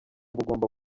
bugomba